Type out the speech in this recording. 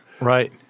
Right